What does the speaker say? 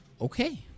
Okay